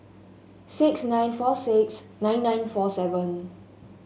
six nine four six nine nine four seven